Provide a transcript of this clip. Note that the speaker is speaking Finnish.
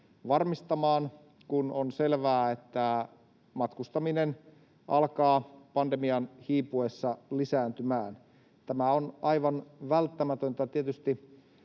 varmistamaan, kun on selvää, että matkustaminen alkaa pandemian hiipuessa lisääntymään. Tämä on aivan välttämätöntä